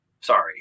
Sorry